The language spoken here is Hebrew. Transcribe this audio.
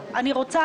אני רוצה,